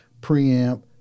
preamp